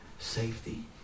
safety